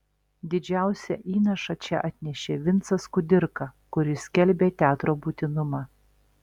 didžiausią įnašą čia atnešė vincas kudirka kuris skelbė teatro būtinumą